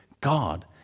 God